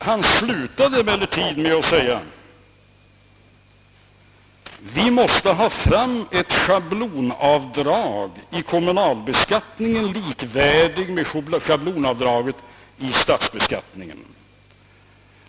Han slutade emellertid med att framhålla att vi måste få ett scehablonavdrag vid kommunalbeskattningen som är likvärdigt med det vid statsbeskattningen.